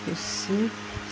ଖୁସି